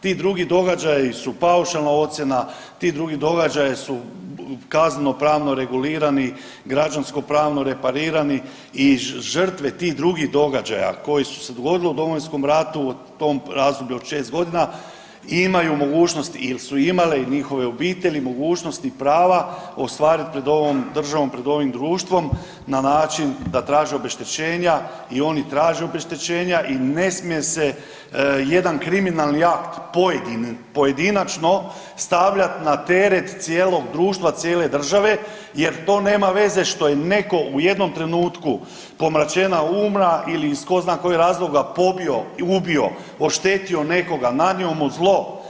Ti drugi događaji su paušalna ocjena, ti drugi događaji su kaznenopravno regulirani, građanskopravno reparirani i žrtve tih drugih događaja koji su se dogodili u Domovinskom ratu u tom razdoblju od šest godina imaju mogućnost ili su imale njihove obitelji mogućnosti i prava ostvariti pred ovom državom, pred ovim društvom na način da traže obeštećenja i oni traže obeštećenja i ne smije se jedan kriminalni akt pojedinačno stavljat na teret cijelog društva, cijele države jer to nema veze što je neko u jednom trenutku pomračenja uma ili iz ko zna kojih razloga pobio i ubio, oštetio nekoga, nanio mu zlo.